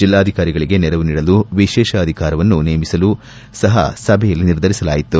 ಜಿಲ್ಲಾಧಿಕಾರಿಗಳಿಗೆ ನೆರವು ನೀಡಲು ವಿಶೇಷ ಅಧಿಕಾರಿಯನ್ನು ನೇಮಿಸಲು ಸಹ ಸಭೆಯಲ್ಲಿ ನಿರ್ಧರಿಸಲಾಯಿತು